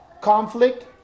conflict